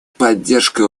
поддержка